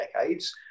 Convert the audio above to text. decades